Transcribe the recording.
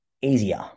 easier